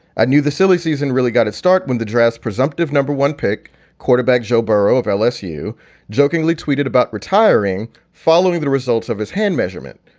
i knew the silly season really got its start when the dress presumptive number one pick quarterback joe baro of lsu jokingly tweeted about retiring following the results of his hand measurement,